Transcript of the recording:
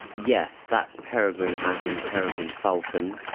yes, that's peregrine as in peregrine falcon.